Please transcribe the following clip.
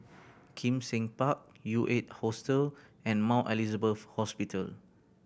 Kim Seng Park U Eight Hostel and Mount Elizabeth Hospital